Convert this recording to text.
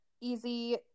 easy